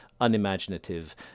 unimaginative